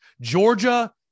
Georgia